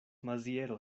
maziero